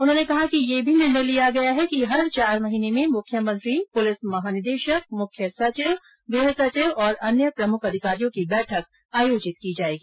उन्होंने कहा कि यह भी निर्णय लिया गया है कि हर चार महीने में मुख्यमंत्री पुलिस महानिदेशक मुख्य सचिव गृह सचिव और अन्य प्रमुख अधिकारियों की बैठक आयोजित की जायेगी